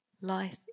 life